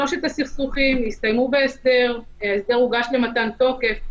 שלושת הסכסוכים הסתיימו בהסדר, שהוגש למתן תוקף.